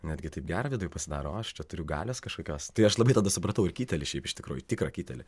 netgi taip gera viduj pasidaro aš čia turiu galios kažkokios tai aš labai tada supratau ir kitelį šiaip iš tikrųjų tikrą kitelį